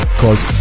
called